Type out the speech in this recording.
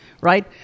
Right